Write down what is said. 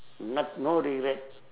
not~ no regret